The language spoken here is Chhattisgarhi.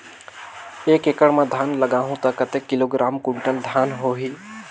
एक एकड़ मां धान लगाहु ता कतेक किलोग्राम कुंटल धान होही?